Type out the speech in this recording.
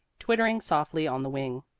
twittering softly on the wing.